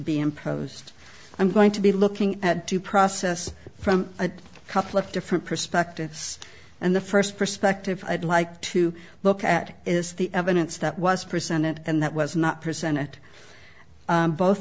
be imposed i'm going to be looking at due process from a couple of different perspectives and the first perspective i'd like to look at is the evidence that was presented and that was not present at both